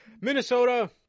Minnesota